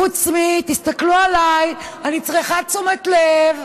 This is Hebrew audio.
חוץ מאשר: תסתכלו עליי, אני צריכה תשומת לב.